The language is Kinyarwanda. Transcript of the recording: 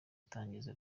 atangiza